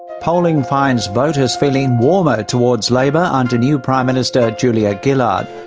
polling finds voters feeling warmer towards labor under new prime minister julia gillard.